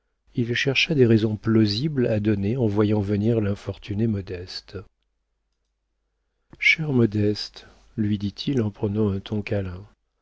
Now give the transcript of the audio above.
il chercha des raisons plausibles à donner en voyant venir l'infortunée modeste chère modeste lui dit-il en prenant un ton câlin